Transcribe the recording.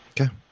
okay